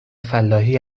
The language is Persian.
فلاحی